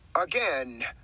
Again